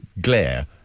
glare